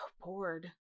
bored